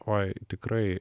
oi tikrai